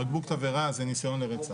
בקבוק תבערה זה ניסיון לרצח.